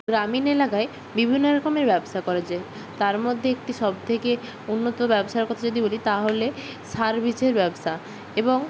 গ্রামীণ এলাকায় বিভিন্ন রকমের ব্যবসা করা যায় তার মধ্যে একটি সবথেকে উন্নত ব্যবসার কথা যদি বলি তাহলে সার বীজের ব্যবসা এবং